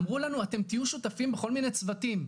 אמרו לנו אתם תהיו שותפים בכל מיני צוותים,